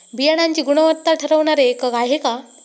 बियाणांची गुणवत्ता ठरवणारे एकक आहे का?